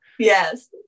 Yes